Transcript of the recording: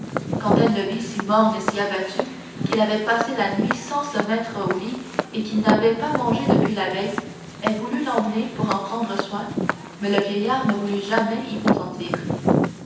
quand elle le vit si morne et abattu qu'il avait passé la nuit sans se mettre au lit qu'il n'avait pas mangé depuis la veille elle voulut l'emmener pour en prendre soin mais le vieillard ne voulut jamais y consentir